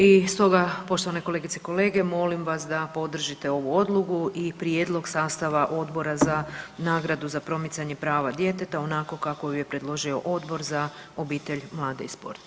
I stoga poštovane kolegice i kolege molim vas da podržite ovu odluku i prijedlog sastava Odbora za nagradu za promicanje prava djeteta onako kako ju je predložio Odbor za obitelj, mlade i sport.